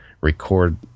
record